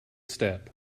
step